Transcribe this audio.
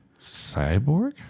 cyborg